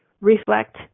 reflect